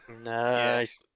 Nice